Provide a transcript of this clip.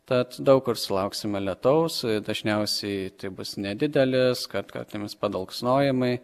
tad daug kur sulauksime lietaus dažniausiai tai bus nedidelis kartkartėmis padulksnojimai